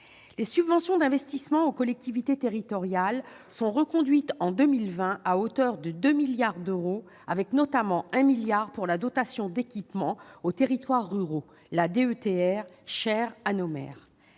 Les subventions d'investissement aux collectivités territoriales sont reconduites en 2020, à hauteur de 2 milliards d'euros, avec notamment 1 milliard d'euros affectés à la dotation d'équipement aux territoires ruraux (DETR), chère à nos maires.